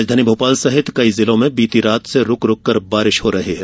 राजधानी भोपाल सहित कई जिलों में बीती रात से रूक रूक कर बारिश हो रही है